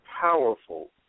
powerful